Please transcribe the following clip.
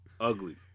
Ugly